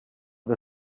the